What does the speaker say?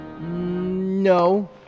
No